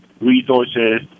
resources